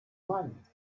mann